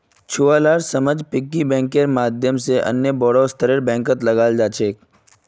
छुवालार समझ पिग्गी बैंकेर माध्यम से अन्य बोड़ो स्तरेर बैंकत लगाल जा छेक